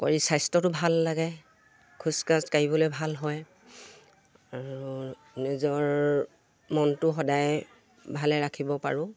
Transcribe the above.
কৰি স্বাস্থ্যটো ভাল লাগে খোজ কাঢ়িবলে ভাল হয় আৰু নিজৰ মনটো সদায় ভালে ৰাখিব পাৰোঁ